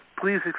Please